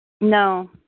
No